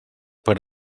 per